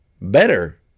better